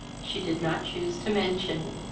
she did not choose to mention.